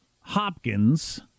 Hopkins